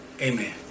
Amen